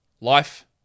Life